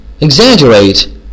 Exaggerate